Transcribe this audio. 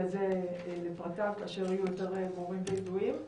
הזה לפרטיו כאשר יהיו יותר ברורים וידועים.